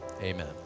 amen